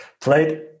played